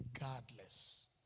regardless